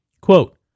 quote